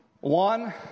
One